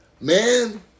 Man